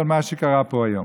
על מה שקרה פה היום.